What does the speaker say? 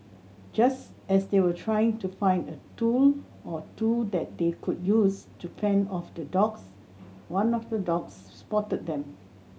just as they were trying to find a tool or two that they could use to fend off the dogs one of the dogs spotted them